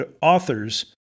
authors